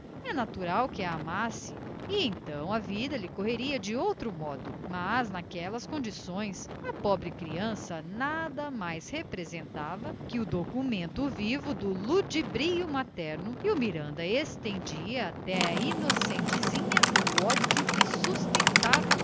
é natural que a amasse e então a vida lhe correria de outro modo mas naquelas condições a pobre criança nada mais representava que o documento vivo do ludibrio materno e o miranda estendia até à inocentezinha d'áfrica o ódio que sustentava